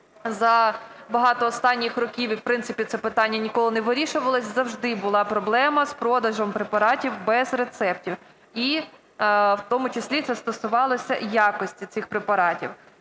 за багато останніх років і, в принципі, це питання ніколи не вирішувалось, завжди була проблема з продажем препаратів без рецептів, і в тому числі це стосувалося якості цих препаратів.